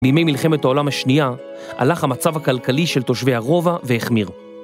בימי מלחמת העולם השנייה, הלך המצב הכלכלי של תושבי הרובע והחמיר.